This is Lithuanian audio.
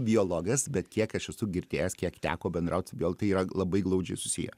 biologas bet kiek aš esu girdėjęs kiek teko bendraut vėl tai yra labai glaudžiai susiję